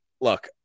Look